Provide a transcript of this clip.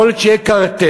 יכול להיות שיהיה קרטל,